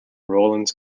rollins